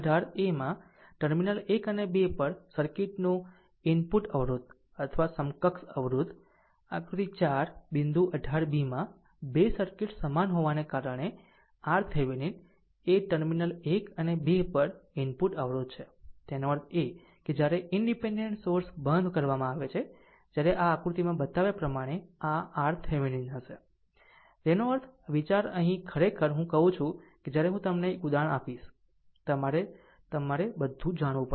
18 એમાં ટર્મિનલ 1 અને 2 પર સર્કિટનું ઇનપુટ અવરોધ અથવા સમકક્ષ અવરોધ આકૃતિ 4 બિંદુ 18 b માં 2 સર્કિટ્સ સમાન હોવાને કારણે RThevenin એ ટર્મિનલ 1 અને 2 પર ઇનપુટ અવરોધ છે તેનો અર્થ એ કે જ્યારે ઈનડીપેનડેન્ટ સોર્સ બંધ કરવામાં આવે છે જ્યારે આ આકૃતિમાં બતાવ્યા પ્રમાણે આ RThevenin હશે તેનો અર્થ વિચાર અહીં ખરેખર હું કહું છું કે જ્યારે હું તમને એક ઉદાહરણ આપીશ ત્યારે તમે બધુ જાણશો